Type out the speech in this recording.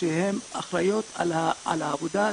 שהן אחראיות על העבודה הזאת,